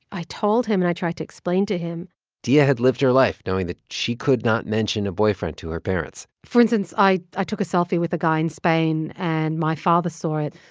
i told him, and i tried to explain to him diaa had lived her life knowing that she could not mention a boyfriend to her parents for instance, i i took a selfie with a guy in spain, and my father saw it,